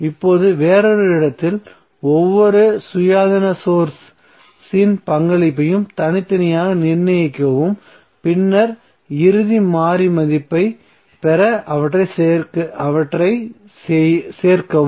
இப்போது வேறொரு இடத்தில் ஒவ்வொரு சுயாதீன சோர்ஸ் இன் பங்களிப்பையும் தனித்தனியாக நிர்ணயிக்கவும் பின்னர் இறுதி மாறி மதிப்பைப் பெற அவற்றைச் சேர்க்கவும்